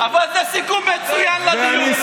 אבל זה סיכום מצוין לדיון.